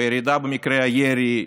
בירידה במקרי הירי,